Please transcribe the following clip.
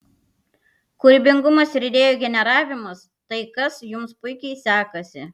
kūrybingumas ir idėjų generavimas tai kas jums puikiai sekasi